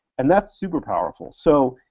and that's super powerful, so